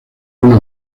una